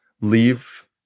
leave